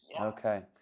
Okay